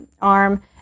arm